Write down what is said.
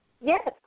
Yes